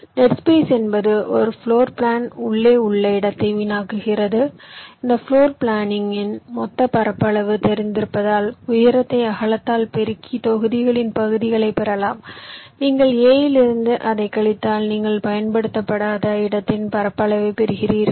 dead space என்பது ஒரு floor plan உள்ளே உள்ள இடத்தை வீணாக்குகிறது இந்த பிளோர் பிளானிங்கின் மொத்த பரப்பளவு தெரிந்திருப்பதால் உயரத்தை அகலத்தால் பெருக்கி தொகுதிகளின் பகுதிகளைப் பெறலாம் நீங்கள் A இலிருந்து அதைக் கழித்தால் நீங்கள் பயன்படுத்தப்படாத இடத்தின் பரப்பளவை பெறுவீர்கள்